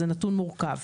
זה נתון מורכב.